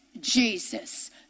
Jesus